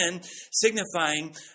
signifying